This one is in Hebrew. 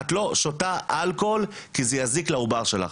את לא שותה אלכוהול כי זה יזיק לעובר שלך".